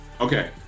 Okay